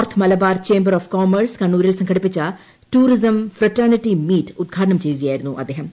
north Malabar chamber of commerce കണ്ണൂരിൽ സംഘടിപ്പിച്ച tourism fraternity meet ഉദ്ഘാടനം ചെയ്യുകയായിരുന്നു അദ്ദേഹം